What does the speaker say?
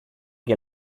che